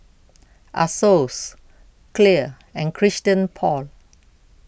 Asos Clear and Christian Paul